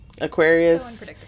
aquarius